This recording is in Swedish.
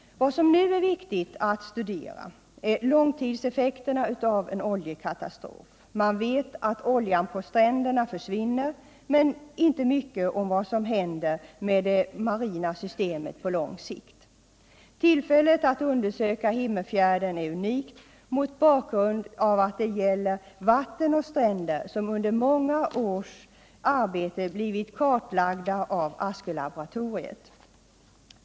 Vad som nu är viktigt att studera är långtidseffekterna av en oljekatastrof. Man vet att oljan på stränderna försvinner, men inte mycket om vad som händer med det marina systemet på lång sikt. Tillfället att undersöka Himmerfjärden är unikt mot bakgrund av att det gäller vatten och stränder, som under många års arbete blivit kartlagda av Askölaboratoriet.